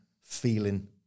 feeling